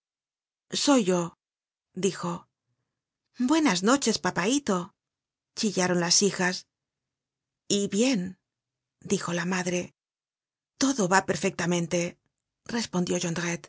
soy yo dijo buenas noches papaito chillaron las hijas y bien dijo la madre todo va perfectamente respondió